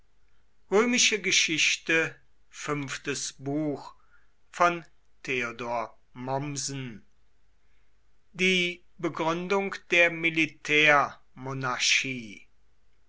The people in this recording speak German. römische geschichte fünftes buch die begründung der